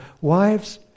Wives